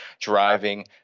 driving